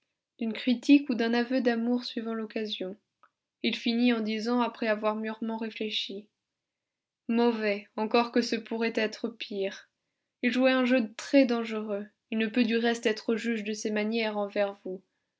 d'une critique ou d'un aveu d'amour suivant l'occasion il finit en disant après avoir mûrement réfléchi mauvais encore que ce pourrait être pire il jouait un jeu très dangereux il ne peut du reste être juge de ses manières envers vous